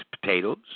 potatoes